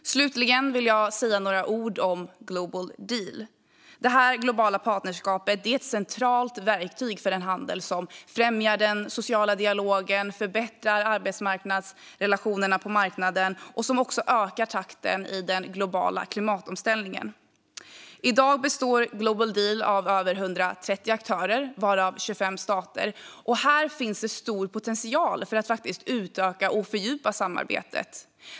Slutligen vill jag säga några ord om det globala partnerskapet Global Deal. Det är ett centralt verktyg för en handel som främjar den sociala dialogen, förbättrar arbetsmarknadsrelationerna och ökar takten i den globala klimatomställningen. I dag består Global Deal av över 130 aktörer, varav 25 stater. Det finns stor potential att utöka och fördjupa samarbetet.